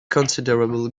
considerable